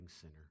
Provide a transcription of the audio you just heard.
sinner